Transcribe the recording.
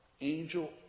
angel